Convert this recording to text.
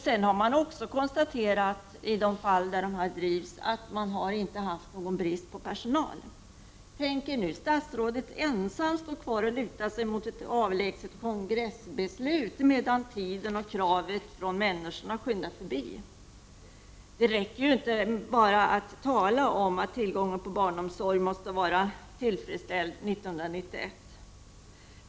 Det har också konstaterats att det där dessa kooperativ drivs inte har funnits brist på personal. Tänk er nu statsrådet ensam stå kvar och luta sig mot ett avlägset kongressbeslut, medan tiden och kraven från människorna skyndar förbi! Det räcker ju inte med att tala om att tillgången på barnomsorgen måste vara tillfredsställd 1991.